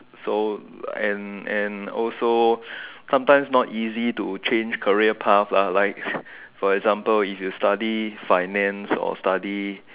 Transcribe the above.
so and and also sometimes not easy to change career path lah like for example if you study finance or study